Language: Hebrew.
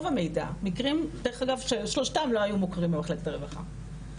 מקרים שדרך אגב שלושתם לא היו מוכרים במחלקת הרווחה.